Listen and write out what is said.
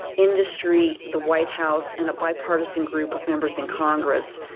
industry, the white house and a bipartisan group of members in congress,